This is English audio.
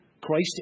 Christ